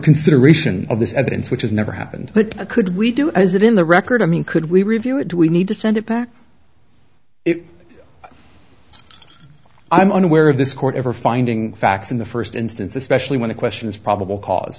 evidence which has never happened but could we do is it in the record i mean could we review it we need to send it back if i'm unaware of this court ever finding facts in the first instance especially when the question is probable cause